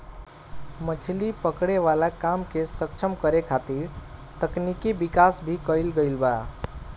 मछली पकड़े वाला काम के सक्षम करे खातिर तकनिकी विकाश भी कईल गईल बा